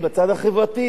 בצד הרעיוני,